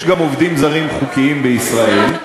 יש גם עובדים זרים חוקיים בישראל,